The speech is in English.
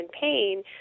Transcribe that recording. pain